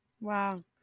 Wow